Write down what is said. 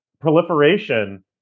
proliferation